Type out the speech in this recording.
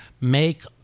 make